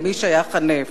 למי שייך הנפט.